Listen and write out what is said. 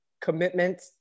commitment